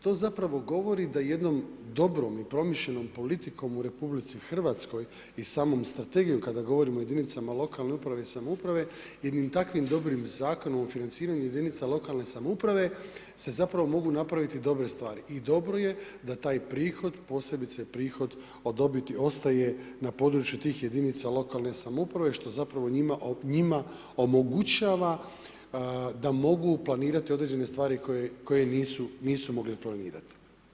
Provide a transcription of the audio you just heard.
To zapravo govori da jednom dobrom i promišljenom politikom u RH i samom strategijom kada govorimo o jedinicama lokalne uprave i samouprave, jednim takvim dobrim Zakonom o financiranju jedinica lokalne samouprave se zapravo mogu napraviti dobre stvari i dobro je da taj prihod, posebice prihod od dobiti ostaje na području tih jedinica lokalne samouprave što zapravo njima omogućava da mogu planirati određene stvari koje nisu mogle planirati.